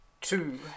Two